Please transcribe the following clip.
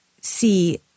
see